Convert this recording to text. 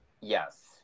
Yes